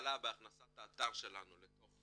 בהתחלה בהכנסת האתר שלנו לתוך